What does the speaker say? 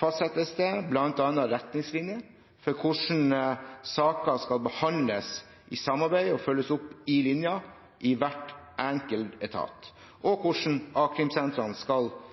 fastsettes det bl.a. retningslinjer for hvordan saker skal behandles i samarbeid og følges opp i linjen i hver enkelt etat, og hvordan a-krimsentrene skal